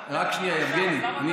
אתם